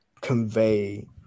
convey